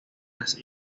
las